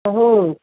कहो